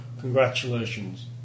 Congratulations